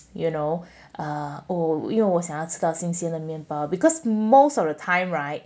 you know uh oh 因为我想要吃到新鲜的面包 because most of the time right